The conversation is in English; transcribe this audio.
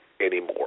anymore